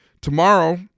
tomorrow